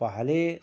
पहले